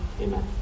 amen